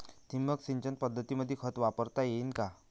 ठिबक सिंचन पद्धतीमंदी खत वापरता येईन का?